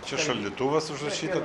čia šaldytuvas užrašyta